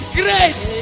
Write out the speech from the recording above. grace